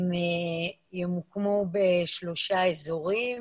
הם ימוקמו בשלושה אזורים,